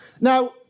Now